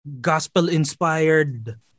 gospel-inspired